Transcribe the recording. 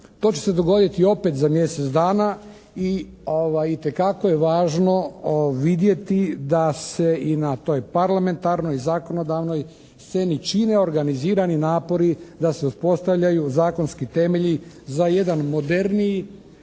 To će se dogoditi opet za mjesec dana i itekako je važno vidjeti da se i na toj parlamentarnoj zakonodavnoj sceni čine organizirani napori da se uspostavljaju zakonski temelji za jedan moderniji